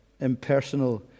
impersonal